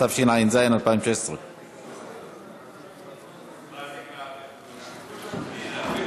התשע"ז 2016. עד עשר דקות,